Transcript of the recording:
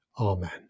Amen